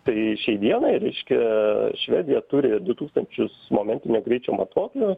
tai šiai dienai reiškia švedija turi du tūkstančius momentinio greičio matuoklių